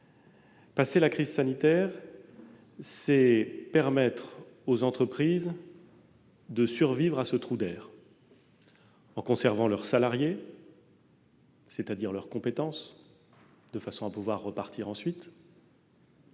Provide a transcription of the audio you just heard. passer la crise sanitaire, en permettant aux entreprises de survivre à ce trou d'air et de conserver leurs salariés, c'est-à-dire leurs compétences, de façon à pouvoir ensuite